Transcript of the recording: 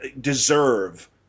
deserve